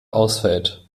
ausfällt